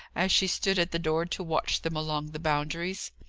as she stood at the door to watch them along the boundaries.